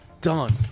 Done